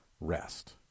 rest